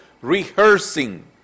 rehearsing